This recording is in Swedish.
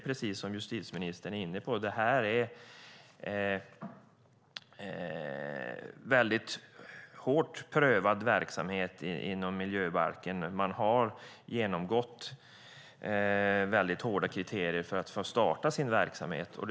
Precis som justitieministern är inne på är detta noga prövad verksamhet inom miljöbalken. Man har underställts hårda krav för att få starta verksamheten.